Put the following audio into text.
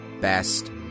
best